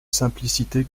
simplicité